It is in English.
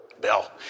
Bill